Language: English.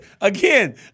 again